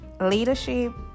leadership